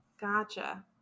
Gotcha